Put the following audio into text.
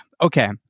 Okay